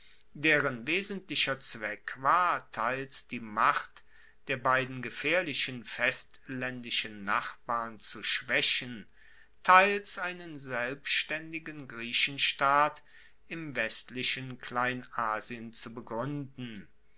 deren wesentlicher zweck war teils die macht der beiden gefaehrlichen festlaendischen nachbarn zu schwaechen teils einen selbstaendigen griechenstaat im westlichen kleinasien zu begruenden